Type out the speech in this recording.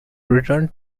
returned